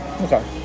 Okay